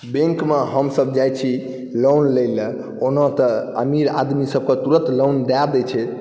बैंकमे हमसब जाइ छी लोन लै लए ओना तऽ अमीर आदमीसबके तऽ तुरन्त लोन दऽ दै छै